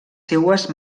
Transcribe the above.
seues